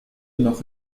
noch